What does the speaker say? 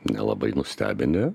nelabai nustebinę